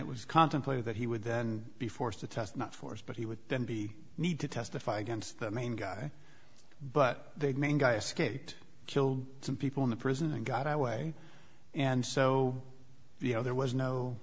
it was contemplated that he would then be forced to test not force but he would then be need to testify against the main guy but they'd main guy escaped kill some people in the prison and got away and so you know there was no